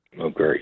okay